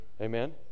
Amen